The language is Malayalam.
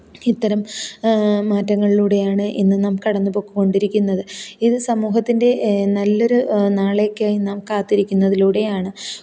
ഇത്തരം മാറ്റങ്ങളിലൂടെയാണ് ഇന്ന് നാം കടന്ന് പോയിക്കോണ്ടിരിക്കുന്നത് ഇത് സമൂഹത്തിന്റെ നല്ലൊരു നാളേക്കായി നാം കാത്തിരിക്കുന്നതിലൂടെയാണ്